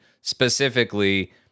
specifically